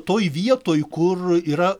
toj vietoj kur yra